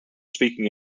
speaking